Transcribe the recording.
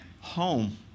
home